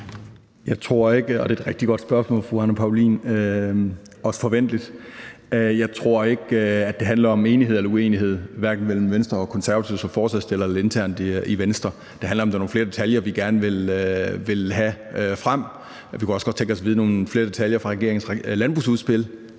Ahlers (V): Det er et rigtig godt spørgsmål, fru Anne Paulin, og også forventeligt. Jeg tror ikke, at det handler om enighed eller uenighed, hverken mellem Venstre og Konservative som forslagsstillere eller internt i Venstre. Det handler om, at der er nogle flere detaljer, vi gerne vil have frem. Vi kunne også godt tænke os at få nogle flere detaljer fra regeringens landbrugsudspil,